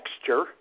texture